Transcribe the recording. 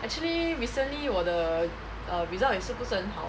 actually recently 我的 err result 也是不是很好